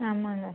ஆமாங்க